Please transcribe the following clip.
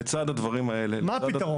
לצד הדברים האלה --- מה הפתרון?